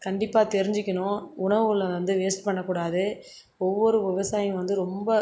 கண்டிப்பாக தெரிஞ்சிக்கணும் உணவுகளை வந்து வேஸ்ட் பண்ணக்கூடாது ஒவ்வொரு விவசாயியும் வந்து ரொம்ப